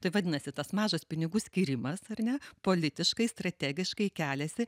tai vadinasi tas mažas pinigų skyrimas ar ne politiškai strategiškai keliasi